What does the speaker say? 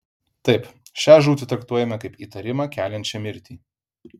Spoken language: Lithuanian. taip šią žūtį traktuojame kaip įtarimą keliančią mirtį